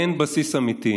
אין בסיס אמיתי.